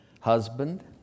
husband